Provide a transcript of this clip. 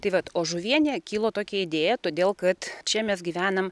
tai vat o žuvienė kilo tokia idėja todėl kad čia mes gyvenam